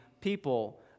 people